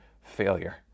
failure